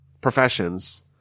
professions